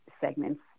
segments